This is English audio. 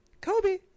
Kobe